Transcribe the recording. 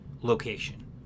location